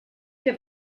que